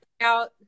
out